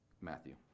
Matthew